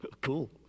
cool